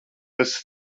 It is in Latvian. esi